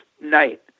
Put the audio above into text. night